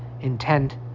Intent